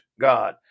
God